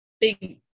big